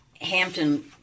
Hampton